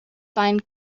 find